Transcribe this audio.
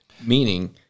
meaning